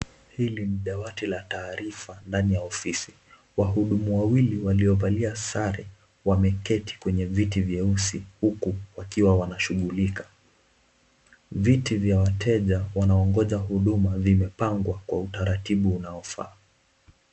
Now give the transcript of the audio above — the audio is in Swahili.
Hili ni dawati la taarifa ndani ya ofisi, wahudumu wawili waliovalia sare wameketi kwenye viti vyeusi huku wakiwa wanashughulika, viti vya wateja wanaongoja huduma vimepangwa kwa utaratibu unaofaa.